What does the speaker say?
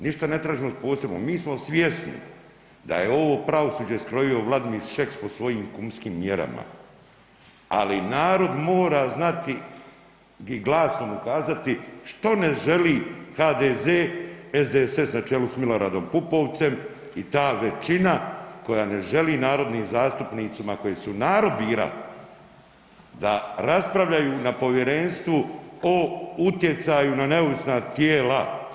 Ništa ne tražimo posebno, mi smo svjesni da je ovo pravosuđe skrojio Vladimir Šeks po svojim kumskim mjerama, ali narod mora znati i glasno mu kazati što ne želi HDZ, SDSS na čelu s Miloradom Pupovcem i ta većina koja ne želi narodnim zastupnicima koje su narod bira da raspravljaju na povjerenstvu o utjecaju na neovisna tijela.